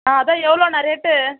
ஆ அதுதான் எவ்வளோண்ணா ரேட்டு